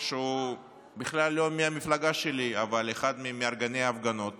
שהוא בכלל לא מהמפלגה שלי אלא אחד ממארגני המפלגות